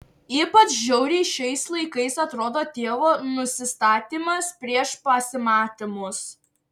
ypač žiauriai šiais laikais atrodo tėvo nusistatymas prieš pasimatymus